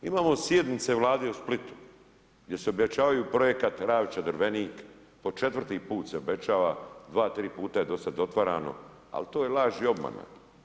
Imamo sjednice Vlade u Splitu gdje se obećavaju projekat Ravča-Drvenik, po četvrti put se obećava, 2, 3 puta je do sada otvarano ali to je laž i obmana.